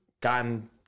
gotten